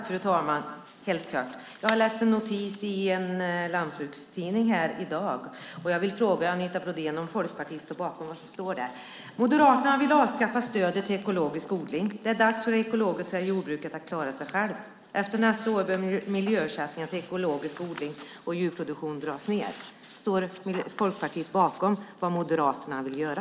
Fru ålderspresident! Jag har läst en notis i en lantbrukstidning i dag. Jag vill fråga Anita Brodén om Folkpartiet står bakom det som står där. Moderaterna vill avskaffa stödet till ekologisk odling. Det är dags för det ekologiska jordbruket att klara sig självt. Efter nästa år bör miljöersättningen till ekologisk odling och djurproduktion dras ned. Står Folkpartiet bakom det Moderaterna vill göra?